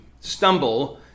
stumble